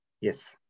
Yes